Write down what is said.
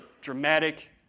dramatic